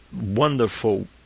wonderful